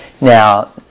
Now